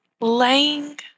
laying